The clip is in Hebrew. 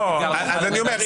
לא, אז אני אומר,